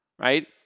right